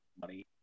money